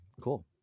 cool